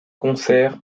concert